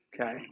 okay